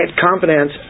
confidence